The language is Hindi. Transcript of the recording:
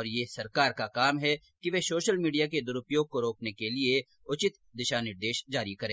और यह सरकार का काम है कि वह सोशल मीडिया के दुरूपयोग को रोकने के लिए उचित दिशा निर्देश लाए